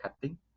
cutting